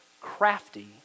crafty